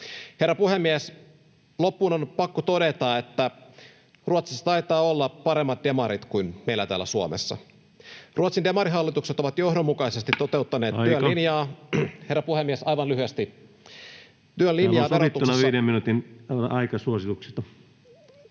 Herra puhemies! Loppuun on pakko todeta, että Ruotsissa taitaa olla paremmat demarit kuin meillä täällä Suomessa. Ruotsin demarihallitukset ovat johdonmukaisesti toteuttaneet [Puhemies: Aika!] työn linjaa... — Herra puhemies, aivan lyhyesti. ...työn linjaa verotuksessa